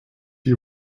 you